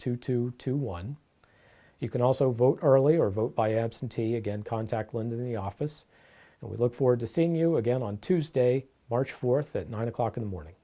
two two two one you can also vote early or vote by absentee again contact linda in the office and we look forward to seeing you again on tuesday march fourth at nine o'clock in the morning